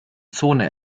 zone